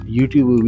YouTube